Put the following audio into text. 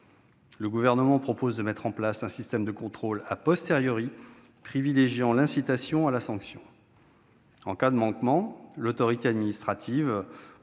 Le Gouvernement propose de mettre en place un système de contrôles privilégiant l'incitation par rapport à la sanction. En cas de manquement, l'autorité administrative